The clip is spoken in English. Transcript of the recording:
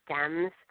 stems